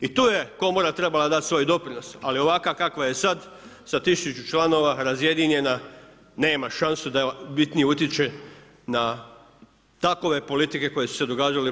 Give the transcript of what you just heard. I tu je komora trebala dati svoj doprinos ali ovakva kakva je sad sa 1000 članova, razjedinjena nema šanse da bitnije utječe na takve politike koje su se događale u RH.